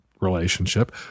relationship